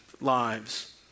lives